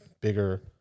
bigger